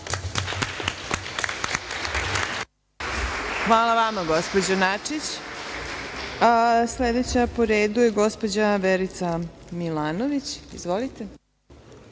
Hvala vama gospođo Načić. Sledeća po redu je gospođa Verica Milanović. Izvolite.